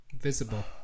Visible